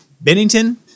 Bennington